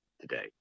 today